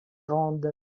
grandes